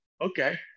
Okay